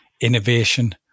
innovation